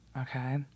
okay